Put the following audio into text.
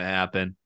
happen